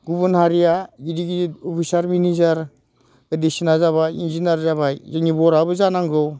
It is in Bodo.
गुबुन हारिया गिदिद गिदिद अफिसार मेनाजार बायदिसिना जाबाय इनजिनियार जाबाय जोंनि बर'आबो जानांगौ